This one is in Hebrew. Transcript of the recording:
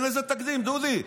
אין לזה תקדים, דודי.